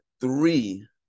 three